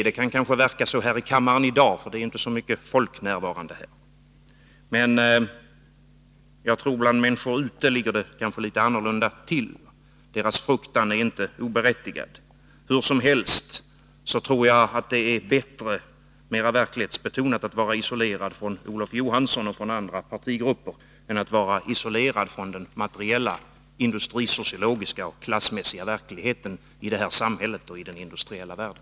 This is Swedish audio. Det kan kanske verka så i dag, för det är inte så mycket folk närvarande i kammaren, men jag tror att det bland människor ute i samhället ligger litet annorlunda till. Deras fruktan är inte oberättigad. Hur som helst tror jag att det är bättre och mera verklighetsbetonat att vara isolerad från Olof Johansson och från andra partigrupper än att vara isolerad från den materiella industrisociologiska och klassmässiga verkligheten i det här samhället och i den industriella världen.